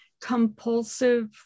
compulsive